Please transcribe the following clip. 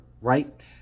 right